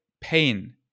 pain